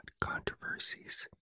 controversies